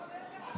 כנסת נכבדה,